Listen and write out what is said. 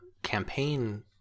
campaign